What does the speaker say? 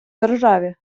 державі